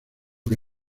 que